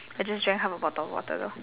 I just drank half the bottle water though